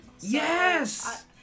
Yes